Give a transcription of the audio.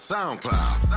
SoundCloud